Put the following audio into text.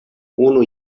unu